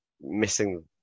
missing